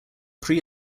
pre